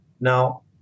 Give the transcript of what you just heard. Now